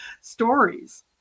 stories